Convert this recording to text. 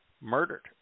murdered